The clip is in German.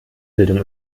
bildung